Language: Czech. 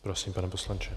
Prosím, pane poslanče.